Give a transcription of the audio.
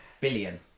billion